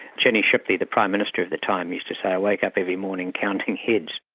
jenny shipley, the prime minister of the time, used to say, i wake up every morning counting heads.